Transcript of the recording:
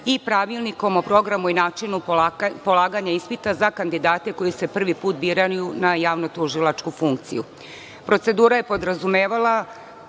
i Pravilnikom o programu i načinu polaganja ispita za kandidate koji se prvi put biraju na javno-tužilačku funkciju. Procedura je podrazumeva